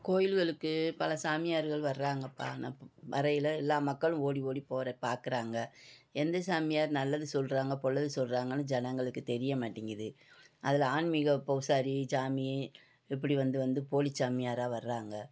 கோயில்களுக்கு பல சாமியார்கள் வர்றாங்கப்பா வரையில் எல்லா மக்களும் ஓடி ஓடி போகிற பார்க்குறாங்க எந்த சாமியார் நல்லது சொல்கிறாங்க பொல்லது சொல்கிறாங்கன்னு ஜனங்களுக்கு தெரிய மாட்டிங்கிது அதில் ஆன்மீக பூசாரி சாமி இப்படி வந்து வந்து போலிச் சாமியாரா வர்கிறாங்க